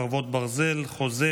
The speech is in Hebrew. חרבות ברזל) (חוזה,